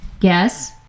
Yes